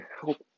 help